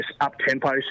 up-tempo